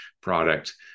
product